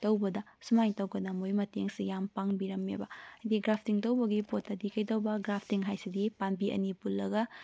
ꯇꯧꯕꯗ ꯁꯨꯃꯥꯏꯅ ꯇꯧꯗꯅ ꯃꯣꯏ ꯃꯇꯦꯡꯁꯤ ꯌꯥꯝ ꯄꯥꯡꯕꯤꯔꯝꯃꯦꯕ ꯍꯥꯏꯗꯤ ꯒ꯭ꯔꯥꯐꯇꯤꯡ ꯇꯧꯕꯒꯤ ꯄꯣꯠꯇꯗꯤ ꯀꯔꯤꯇꯧꯕ ꯒ꯭ꯔꯥꯐꯇꯤꯡ ꯍꯥꯏꯁꯤꯗꯤ ꯄꯥꯟꯕꯤ ꯑꯅꯤ ꯄꯨꯜꯂꯒ